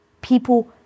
people